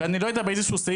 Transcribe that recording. ואני לא יודע באיזה סעיף,